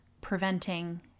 preventing